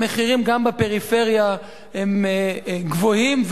המחירים גם בפריפריה גבוהים,